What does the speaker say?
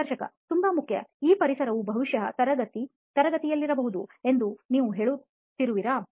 ಸಂದರ್ಶಕ ತುಂಬಾ ಮುಖ್ಯ ಈ ಪರಿಸರವು ಬಹುಶಃ ತರಗತಿಯಲ್ಲಿ ತರಗತಿಯಲ್ಲಿರಬಹುದು ಎಂದು ನೀವು ಹೇಳುತ್ತಿರುವಿರಾ